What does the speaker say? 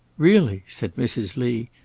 really! said mrs. lee.